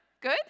Good